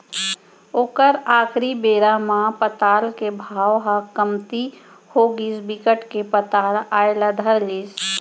ओखर आखरी बेरा म पताल के भाव ह कमती होगिस बिकट के पताल आए ल धर लिस